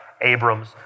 Abram's